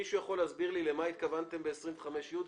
מישהו יכול להסביר לי למה התכוונתם בסעיף 25י?